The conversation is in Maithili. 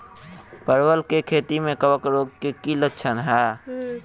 परवल केँ खेती मे कवक रोग केँ की लक्षण हाय?